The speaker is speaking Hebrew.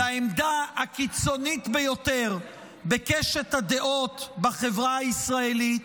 -- לעמדה הקיצונית ביותר בקשת הדעות בחברה הישראלית,